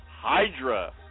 Hydra